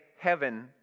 heaven